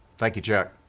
thank you, chuck.